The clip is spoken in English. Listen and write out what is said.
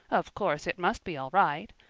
of course, it must be all right.